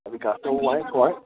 اَدٕ گَژھو وۅنۍ وۅنۍ